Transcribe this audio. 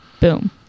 Boom